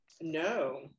No